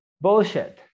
bullshit